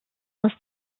aus